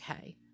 okay